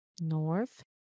North